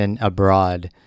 abroad